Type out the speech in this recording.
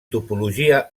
topologia